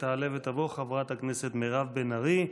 תעלה ותבוא חברת הכנסת מירב בן ארי,